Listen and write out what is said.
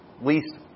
least